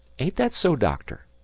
that so, doctor?